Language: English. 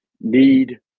need